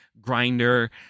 grinder